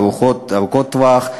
ארוכות טווח,